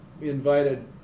invited